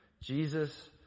Jesus